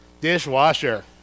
Dishwasher